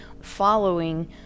following